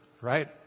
right